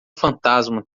fantasma